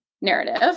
narrative